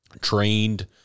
trained